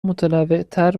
متنوعتر